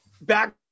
Back